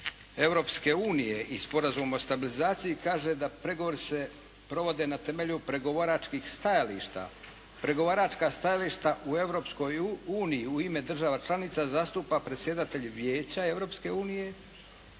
Europske unije i Sporazum o stabilizaciji kaže da pregovori se provode na temelju pregovaračkih stajališta. Pregovaračka stajališta u Europskoj uniji u ime država članica zastupa predsjedatelj Vijeća Europske unije,